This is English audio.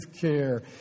care